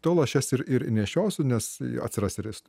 tol aš jas ir ir nešiosiu nes atsiras ir ist